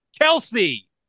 Kelsey